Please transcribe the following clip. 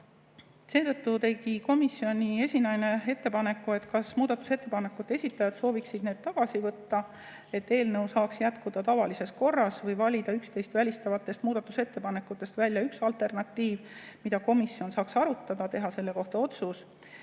Seetõttu tegi komisjoni esinaine ettepaneku, et muudatusettepanekute esitajad [võiksid] need tagasi võtta, et eelnõu [menetlus] saaks jätkuda tavalises korras, või valida üksteist välistavatest muudatusettepanekutest välja ühe, mida komisjon saaks arutada ja teha selle kohta otsuse,